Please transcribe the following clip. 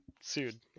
sued